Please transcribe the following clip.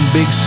Big